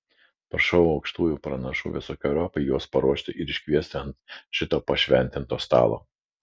prašau aukštųjų pranašų visokeriopai juos paruošti ir iškviesti ant šito pašventinto stalo